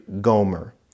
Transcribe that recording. Gomer